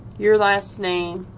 your last name,